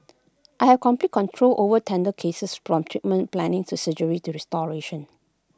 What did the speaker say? I have complete control over dental cases from treatment planning to surgery to restoration